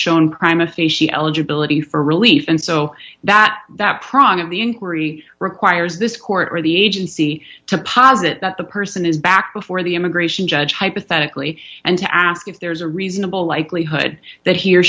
shown crime of eligibility for relief and so that that primed of the inquiry requires this court or the agency to posit that the person is back before the immigration judge hypothetically and to ask if there's a reasonable likelihood that he or